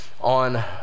on